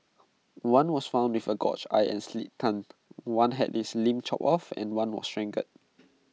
one was found with A gouged eye and slit tongue one had its limbs chopped off and one was strangled